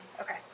Okay